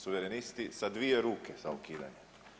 Suverenisti sa dvije ruke za ukidanje.